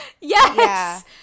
Yes